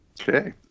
Okay